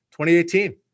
2018